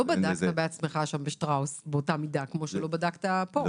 לא בדקת בעצמך בשטראוס, כמו שלא בדקת פה.